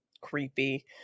creepy